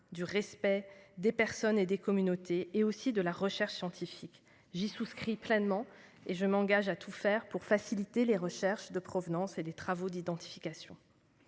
du respect des personnes et des communautés, et de la recherche scientifique. J'y souscris pleinement et je m'engage à tout faire pour faciliter les recherches de provenance et les travaux d'identification.